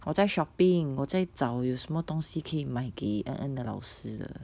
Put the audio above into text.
我在 shopping 我在找有什么东西可以买给蒽蒽的老师的